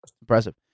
Impressive